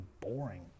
boring